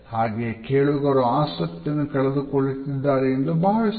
ಹಾಗೆಯೇ ಕೇಳುಗರು ಆಸಕ್ತಿಯನ್ನು ಕಳೆದುಕೊಳ್ಳುತ್ತಿದ್ದಾರೆ ಎಂದು ಭಾವಿಸಬಹುದು